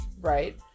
Right